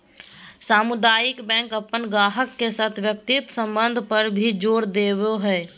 सामुदायिक बैंक अपन गाहक के साथ व्यक्तिगत संबंध पर भी जोर देवो हय